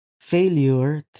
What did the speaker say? Failure